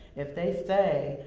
if they say,